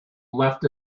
left